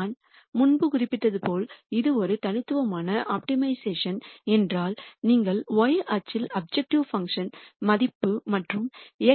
நான் முன்பு குறிப்பிட்டது போல இது ஒரு தனித்துவமான ஆப்டிமைசேஷன் என்றால் நீங்கள் y அச்சில் அப்ஜெக்டிவ் பங்க்ஷன் மதிப்பு மற்றும்